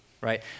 right